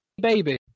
baby